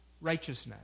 righteousness